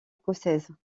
écossaise